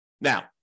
Now